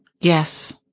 Yes